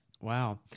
Wow